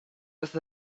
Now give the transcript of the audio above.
with